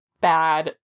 bad